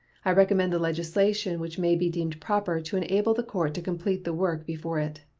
i recommend the legislation which may be deemed proper to enable the court to complete the work before it.